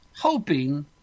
hoping